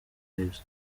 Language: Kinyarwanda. lives